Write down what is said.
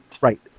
Right